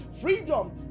freedom